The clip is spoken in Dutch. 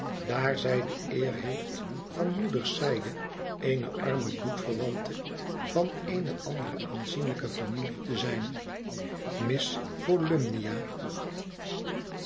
daar zij de eer heeft van moeders zijde eene arme bloedverwante van eene andere aanzienlijke familie te zijn miss volumnia